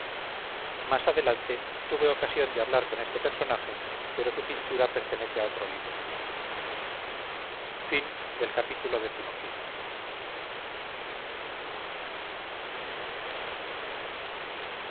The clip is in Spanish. más adelante tuve ocasión de hablar con este personaje pero su pintura pertenece a otro libro ii